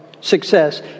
success